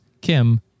Kim